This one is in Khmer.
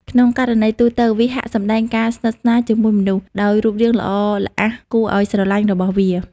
ក្នុងករណីទូទៅ វាហាក់សម្ដែងការស្និទ្ធស្នាលជាមួយមនុស្ស ដោយរូបរាងល្អល្អះគួរឱ្យស្រឡាញ់របស់វា។